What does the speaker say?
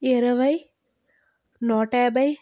ఇరవై నూట యాభై